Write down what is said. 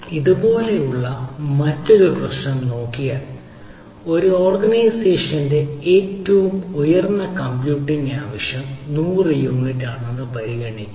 ഇതുപോലുള്ള മറ്റൊരു പ്രശ്നം നോക്കിയാൽ ഒരു ഓർഗനൈസേഷന്റെ ഏറ്റവും ഉയർന്ന കമ്പ്യൂട്ടിംഗ് ആവശ്യം 100 യൂണിറ്റാണെന്ന് പരിഗണിക്കുക